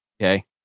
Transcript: Okay